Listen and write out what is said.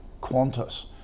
Qantas